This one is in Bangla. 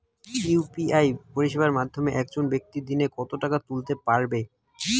ইউ.পি.আই পরিষেবার মাধ্যমে একজন ব্যাক্তি দিনে কত টাকা তুলতে পারবে?